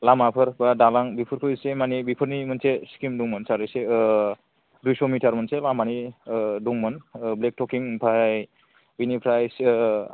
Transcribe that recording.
लामाफोर एबा दालां बेफोरखौ एसे माने बेफोरनि मोनसे स्किम दंमोन हिसाबैसो दुइस' मिटार मोनसे लामानि दंमोन ब्लेक टपिं बेनिफ्राय